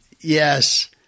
Yes